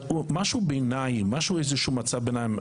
אבל איזשהו מצב ביניים.